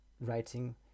writing